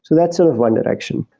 so that's sort of one direction.